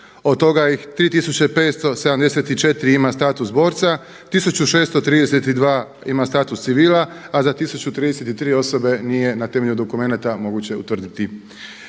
od toga ih 3574 ima status borca, 1632 ima status civila a za 1033 osobe nije na temelju dokumenata nije moguće utvrditi